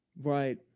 Right